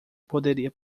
poderia